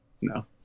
No